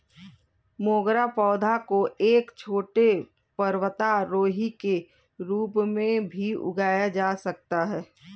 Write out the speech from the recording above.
मोगरा पौधा को एक छोटे पर्वतारोही के रूप में भी उगाया जा सकता है